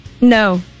No